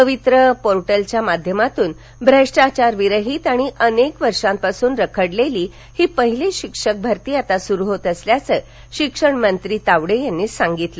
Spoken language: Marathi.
पवित्र पोर्टलच्या माध्यमातून भ्रष्टाचारविरहीत आणि अनेक वर्षापासून रखडलेली ही पहिलीच शिक्षक भरती आता सूरु होत असल्याचं शिक्षणमंत्री विनोद तावडे यांनी सांगितलं